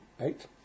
Eight